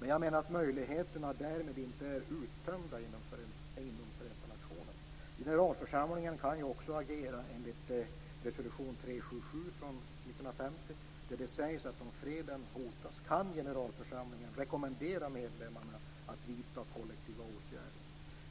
Men jag menar att möjligheterna därmed inte är uttömda inom Förenta nationerna. Generalförsamlingen kan ju också agera enligt resolution 3.7.7 från 1950, där det sägs att om freden hotas kan generalförsamlingen rekommendera medlemmarna att vidta kollektiva åtgärder.